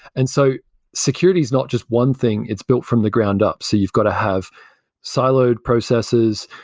and so security is not just one thing, it's built from the ground up. so you've got to have siloed processes,